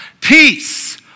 Peace